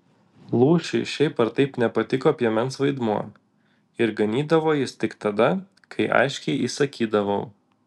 lūšiui šiaip ar taip nepatiko piemens vaidmuo ir ganydavo jis tik tada kai aiškiai įsakydavau